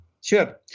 Sure